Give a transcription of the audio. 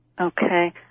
Okay